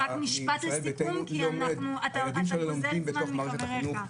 רק משפט לסיכום, כי אתה גוזל זמן מחבריך.